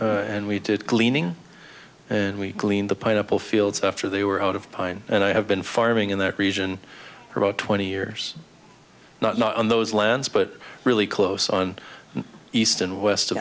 sheep and we did cleaning and we cleaned the pineapple fields after they were out of pine and i have been farming in that region for about twenty years not not on those lands but really close on the east and west